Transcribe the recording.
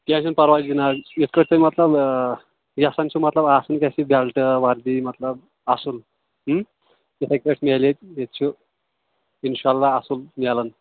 کیٚنٛہہ چھُنہٕ پَرواے جِناب یِتھٕ پٲٹھۍ تۅہہِ مطلب یژھان چھِ مطلب آسُن گژھِ بیلٹہٕ وَردی مطلب آسُن یِتھٕے پٲٹھۍ میلہِ ییٚتہِ ییٚتہِ چھُ اِنشااللہ اَصٕل میلن